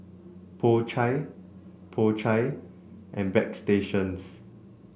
Po Chai Po Chai and Bagstationz